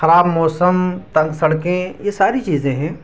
خراب موسم تنگ سڑکیں یہ ساری چیزیں ہیں